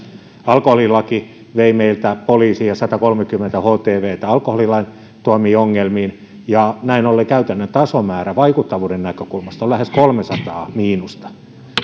alkoholilaki vei meiltä poliiseja satakolmekymmentä htvtä alkoholilain tuomiin ongelmiin ja näin ollen käytännön tasomäärässä vaikuttavuuden näkökulmasta on miinusta lähes kolmesataa